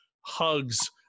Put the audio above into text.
hugs